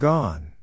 Gone